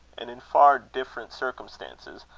and in far different circumstances,